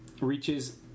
reaches